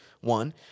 one